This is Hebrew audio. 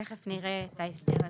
תיכף נראה את ההסדר הזה,